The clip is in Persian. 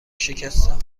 شکستم